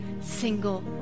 single